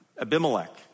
Abimelech